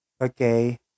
okay